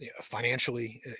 financially